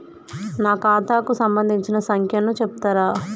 నా ఖాతా కు సంబంధించిన సంఖ్య ను చెప్తరా?